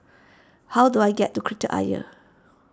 how do I get to Kreta Ayer